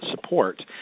support